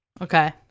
Okay